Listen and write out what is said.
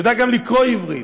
ויודע גם לקרוא עברית.